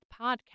podcast